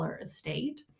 estate